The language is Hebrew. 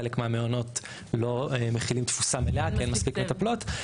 חלק מהמעונות לא מכילים תפוסה מלאה כי אין מספיק מטפלות,